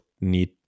need